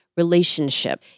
relationship